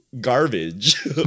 garbage